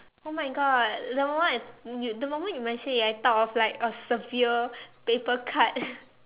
oh my god the moment I the moment you mentioned it I thought of like a severe paper cut